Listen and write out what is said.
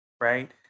right